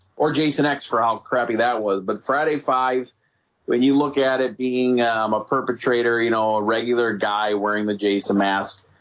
or jason x for all crappy that was but friday five when you look at it being a perpetrator you know a regular guy wearing the jason mask.